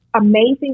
amazing